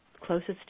closest